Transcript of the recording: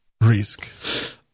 risk